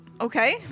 okay